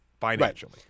financially